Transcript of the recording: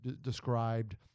described